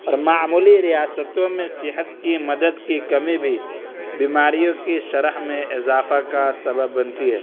اور معمولی ریاستوں میں صحت کی مدد کی کمی بھی بیماریوں کی شرح میں اضافہ کا سبب بنتی ہے